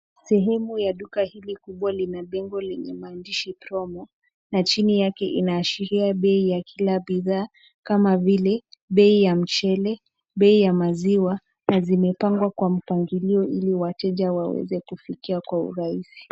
Sehemu ya duka hili kubwa lina bango lenye maandishi promo na chini yake inaashiria bei ya kila bidhaa kama vile bei ya mchele, bei ya maziwa, na zimepangwa kwa mpangilio ili wateja waweze kufikia kwa urahisi.